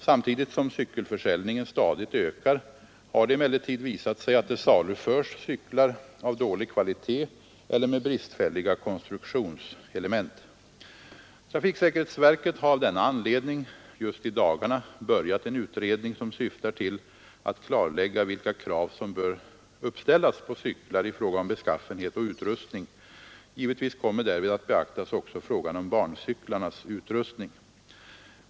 Samtidigt som cykelförsäljningen stadigt ökar har det emellertid visat sig att det saluförs cyklar av dålig kvalitet eller med bristfälliga konstruktionselement Trafiksäkerhetsverket har av denna anledning just i dagarna börjat en utredning som syftar till att klarlägga vilka krav som bör uppställas på cyklar i fråga om beskaffenhet och utrustning. Givetvis kommer därvid att beaktas också frågan om barncyklarnas utrustning.